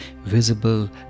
visible